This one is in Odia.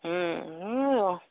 ହୁଁ ହୁଁ